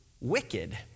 wicked